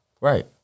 Right